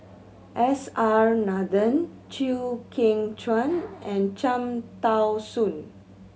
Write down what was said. S R Nathan Chew Kheng Chuan and Cham Tao Soon